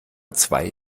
zwei